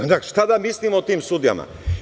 Onda, šta da mislimo o tim sudijama?